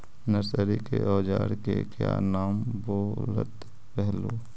Nursery के ओजार के क्या नाम बोलत रहलू?